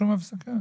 שום הפסקה.